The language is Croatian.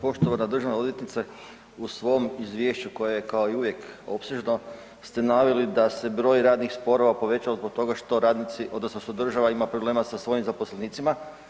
Poštovana državna odvjetnice, u svom izvješću koje je ka i uvijek opsežno ste naveli da se broj radnih sporova povećao zbog toga što radnici odnosno što država ima problema sa svojim zaposlenicima.